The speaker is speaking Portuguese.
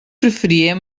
preferia